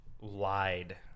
lied